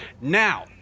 Now